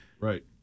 Right